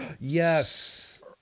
Yes